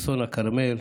אסון הכרמל,